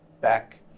back